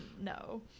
No